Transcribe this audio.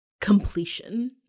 completion